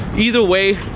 either way,